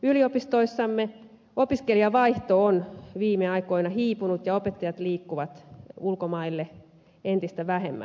yliopistoissamme opiskelijavaihto on viime aikoina hiipunut ja opettajat liikkuvat ulkomaille entistä vähemmän